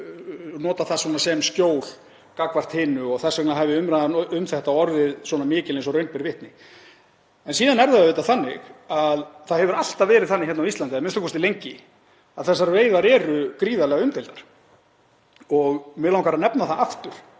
þetta mál sem skjól gagnvart hinu og þess vegna hafi umræðan um þetta orðið svona mikil eins og raun ber vitni. Síðan er það auðvitað þannig að það hefur alltaf verið þannig á Íslandi, a.m.k. lengi, að þessar veiðar eru gríðarlega umdeildar. Mig langar að nefna það aftur